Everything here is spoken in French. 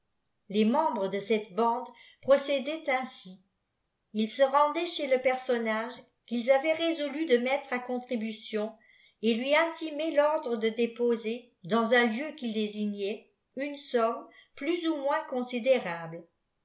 les membres de cette bande procédaient ainsi ils se rendaient chez le personnage qu'ils avaient résolu de mettre à contribution et lui intimaient tordre de déposer dans un lieu qu'ils désignaient une somme plus ou moins considérable